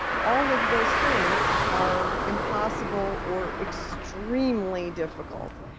all of those things are impossible or extremely difficult,